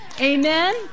Amen